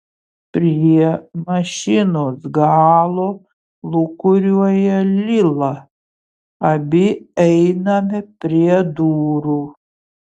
prie mašinos galo lūkuriuoja lila abi einame prie durų